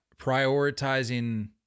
prioritizing